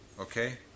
okay